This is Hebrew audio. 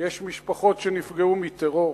יש משפחות שנפגעו מטרור,